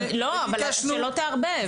שלא תערבב.